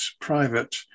private